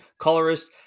colorist